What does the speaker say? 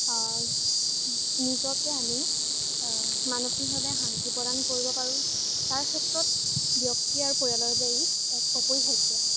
নিজকে আমি মানসিকভাৱে শান্তি প্ৰদান কৰিব পাৰোঁ তাৰ ক্ষেত্ৰত ব্যক্তি আৰু পৰিয়ালৰ বাবে এক অপৰিহাৰ্য